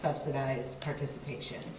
subsidize participation